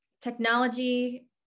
technology